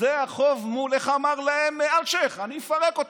זה החוב מול, איך אמר להם אלשיך, אני אפרק אתכם,